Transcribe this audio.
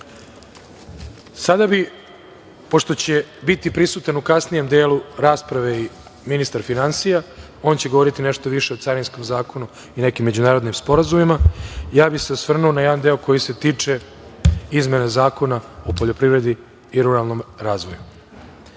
bih, pošto će biti prisutan u kasnijem delu rasprave i ministar finansija, on će govoriti nešto više o Carinskom zakonu i nekim međunarodnim sporazumima, ja bih se osvrnuo na jedan deo koji se tiče izmene Zakona o poljoprivredi i ruralnom razvoju. Izmene